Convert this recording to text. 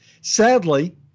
Sadly